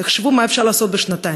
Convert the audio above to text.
תחשבו מה אפשר לעשות בשנתיים.